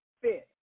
fit